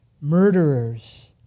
murderers